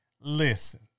listen